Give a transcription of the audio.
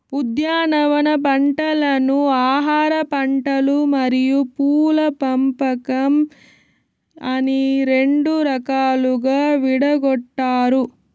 ఉద్యానవన పంటలను ఆహారపంటలు మరియు పూల పంపకం అని రెండు రకాలుగా విడగొట్టారు